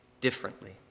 differently